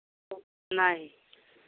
नहीं